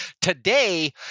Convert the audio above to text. Today